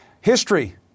History